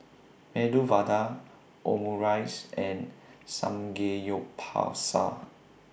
Medu Vada Omurice and Samgeyopsal